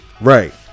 right